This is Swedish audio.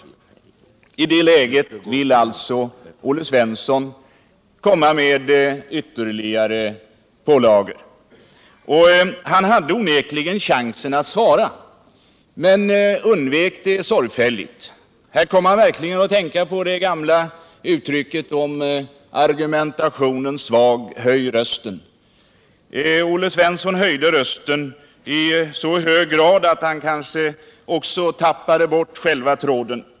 I det läget vill alltså Olle Svensson komma med ytterligare pålagor. Olle Svensson hade onekligen chansen att svara på frågan, men undvek det sorgfälligt. Här kom man verkligen att tänka på det gamla uttrycket ”Argumentationen svag — höj rösten!” Olle Svensson höjde rösten i så hög grad att han också tappade bort själva tråden.